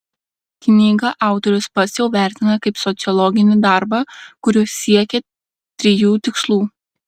knygą autorius pats jau vertina kaip sociologinį darbą kuriuo siekė trijų tikslų